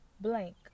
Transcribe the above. blank